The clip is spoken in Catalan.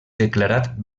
declarat